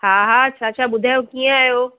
हा हा छा छा ॿुधायो कीअं आहियो